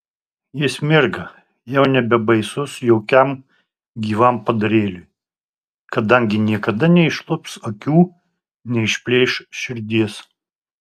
jis mirga jau nebebaisus jokiam gyvam padarėliui kadangi niekada neišlups akių neišplėš širdies